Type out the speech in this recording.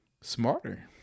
smarter